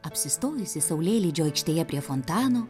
apsistojusi saulėlydžio aikštėje prie fontano